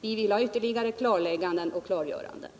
Vi vill ha ytterligare klarlägganden. Beträffande vårt intresse